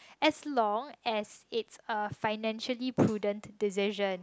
as long as it's a financial burden decision